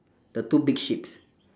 the two big sheeps